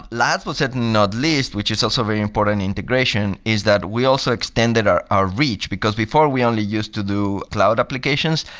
last but certainly not least, which is also a very important integration, is that we also extended our our reach, because before we only used to do cloud applications.